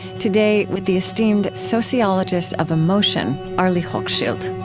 today, with the esteemed sociologist of emotion, arlie hochschild